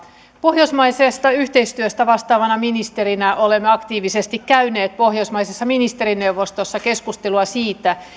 pohjoismaisesta yhteistyöstä vastaavana ministerinä olen aktiivisesti käynyt pohjoismaiden ministerineuvostossa keskustelua siitä